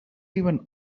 even